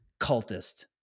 cultist